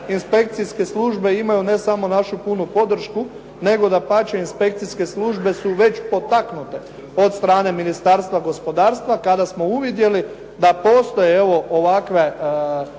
inspekcijske službe imaju ne samo našu punu podršku, nego dapače inspekcijske službe su već potaknute od strane Ministarstva gospodarstva kada smo uvidjeli da postoje ovakve pojave